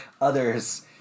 Others